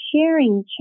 sharing